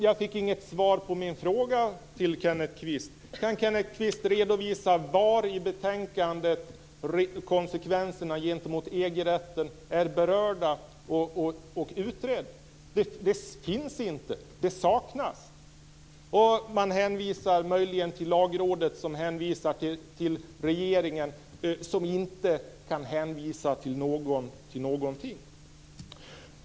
Jag fick inget svar på min fråga till Kenneth Kvist. Kan Kenneth Kvist redovisa var i betänkandet konsekvenserna gentemot EG-rätten är berörda och utredda? Det finns inte. Det saknas. Man hänvisar möjligen till Lagrådet, som hänvisar till regeringen som inte kan hänvisa till någon eller något.